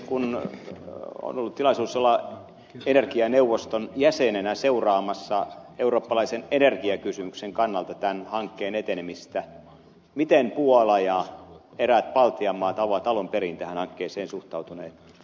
minulla on ollut tilaisuus olla energianeuvoston jäsenenä seuraamassa eurooppalaisen energiakysymyksen kannalta tämän hankkeen etenemistä miten puola ja eräät baltian maat ovat alun perin tähän hankkeeseen suhtautuneet